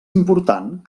important